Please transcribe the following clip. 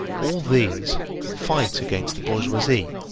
all these fight against the bourgeoisie,